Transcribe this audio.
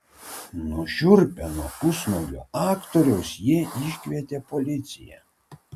nušiurpę nuo pusnuogio aktoriaus jie iškvietė policiją